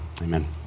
Amen